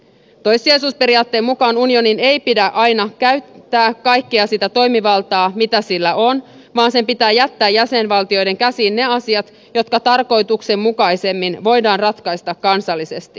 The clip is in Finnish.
toissijaisuusperiaatteen mukaan unionin ei pidä aina käyttää kaikkea sitä toimivaltaa mitä sillä on vaan sen pitää jättää jäsenvaltioiden käsiin ne asiat jotka tarkoituksenmukaisemmin voidaan ratkaista kansallisesti